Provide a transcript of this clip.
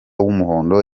w’umuhondo